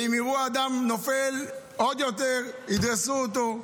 ואם יראו אדם נופל, עוד יותר ידרסו אותו.